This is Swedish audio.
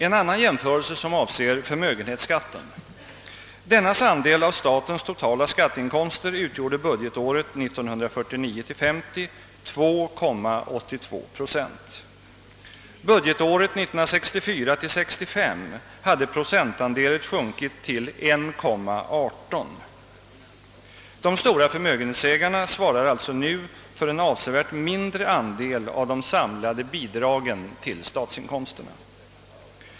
En annan jämförelse som avser förmögenhetsskatten! Dennas andel av statens totala skatteinkomster utgjorde budgetåret 1949 65 hade procentandelen sjunkit till 1,18. De stora förmögenhetsägarna svarar alltså nu för en avsevärt mindre andel av de samlade bidragen till statsinkomsterna.